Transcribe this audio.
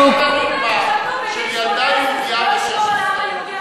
של ילדה יהודייה בת 16,